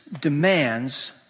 demands